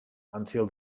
until